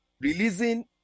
releasing